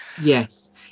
yes